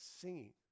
singing